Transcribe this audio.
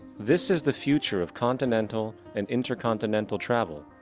this is the future of continental and intercontinental travel.